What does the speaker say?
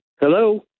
Hello